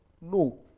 no